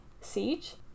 siege